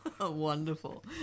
wonderful